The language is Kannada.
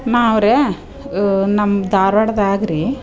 ನಾವು ರೇ ನಮ್ಮ ಧಾರವಾಡದಾಗ ರೀ